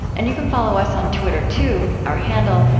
and you can follow us on twitter too our handle,